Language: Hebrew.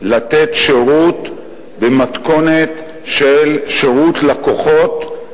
לתת שירות במתכונת של שירות לקוחות,